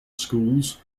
schools